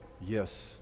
yes